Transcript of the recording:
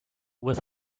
with